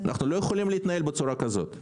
אנחנו לא יכולים להתנהל בצורה כזאת.